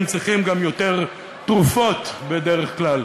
הם גם צריכים יותר תרופות בדרך כלל.